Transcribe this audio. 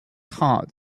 heart